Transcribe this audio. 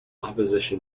opposition